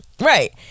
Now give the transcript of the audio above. Right